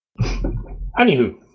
Anywho